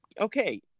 Okay